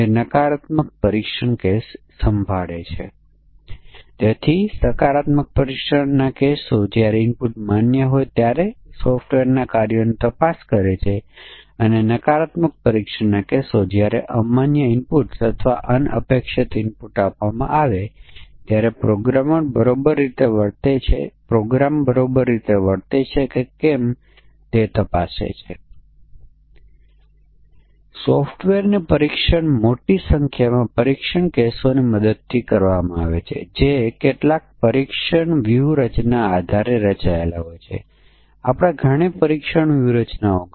અને અહીં એક અનુભવી પ્રોગ્રામર કહેશે કે લીપ વર્ષને ધ્યાનમાં લેવામાં આવ્યા છે કારણ કે પરીક્ષક જાણે છે કે આ પ્રકારની પ્રોગ્રામિંગ કરતી વખતે તારીખને સંખ્યામાં ફેરવવી પડશે અને પછી કેટલાક અલ્ગોરિધમ દ્વારા આપણે તપાસ કરવી પડશે કે તે દિવસ માટે તે શું છે